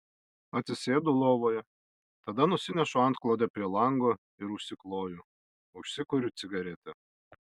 atsisėdu lovoje tada nusinešu antklodę prie lango ir užsikloju užsikuriu cigaretę